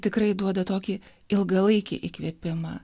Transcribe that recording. tikrai duoda tokį ilgalaikį įkvėpimą